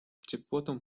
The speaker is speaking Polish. ciepłotą